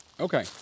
Okay